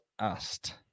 asked